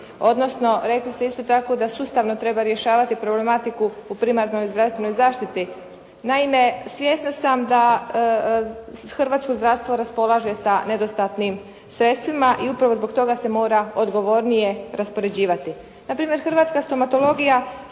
odnosno rekli ste isto tako da sustavno treba rješavati problematiku u primarnoj zdravstvenoj zaštiti. Naime, svjesna sam da hrvatsko zdravstvo raspolaže sa nedostatnim sredstvima i upravo zbog toga se mora odgovornije raspoređivati. Na primjer hrvatska stomatologija